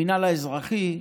המינהל האזרחי,